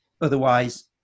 Otherwise